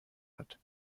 hat